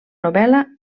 novel·la